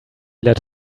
let